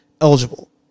eligible